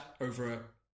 over